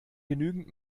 genügend